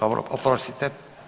Oprostite.